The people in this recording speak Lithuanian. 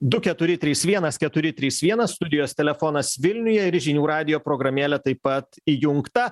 du keturi trys vienas keturi trys vienas studijos telefonas vilniuje ir žinių radijo programėlė taip pat įjungta